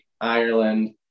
Ireland